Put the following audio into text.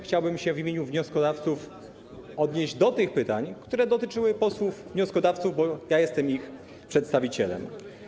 Chciałbym w imieniu wnioskodawców odnieść się do tych pytań, które dotyczyły posłów wnioskodawców, bo jestem ich przedstawicielem.